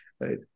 Right